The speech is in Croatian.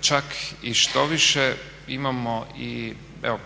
Čak i štoviše imamo i evo